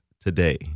today